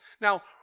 Now